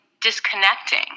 disconnecting